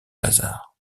lazare